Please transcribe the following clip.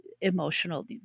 emotional